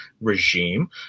regime